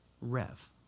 Rev